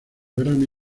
grammy